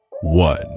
one